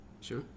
Sure